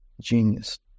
genius